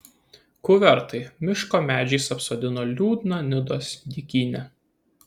kuvertai miško medžiais apsodino liūdną nidos dykynę